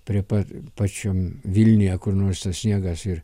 prie pat pačiam vilniuje kur nors sniegas ir